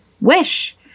Wish